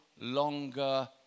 longer